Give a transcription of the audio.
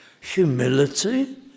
humility